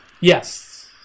Yes